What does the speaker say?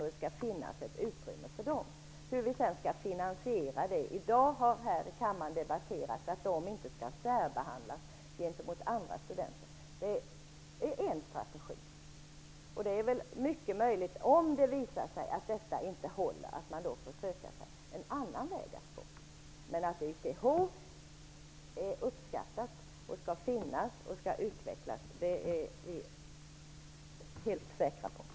Det skall finnas ett utrymme för dem. Finansieringen för det har i dag debatterats i denna kammare. Det har sagts att de inte skall särbehandlas, vilket är en viss strategi. Om det sedan visar sig att detta inte håller är det mycket möjligt att man får söka sig en annan väg att gå. Men det faktum att YTH är uppskattat och skall finnas och utvecklas är vi helt säkra på.